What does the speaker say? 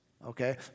Okay